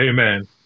Amen